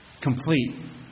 complete